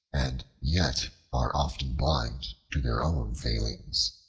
and yet are often blind to their own failings.